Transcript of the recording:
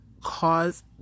cause